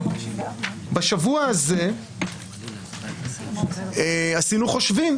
בשבוע הזה עשינו חושבים,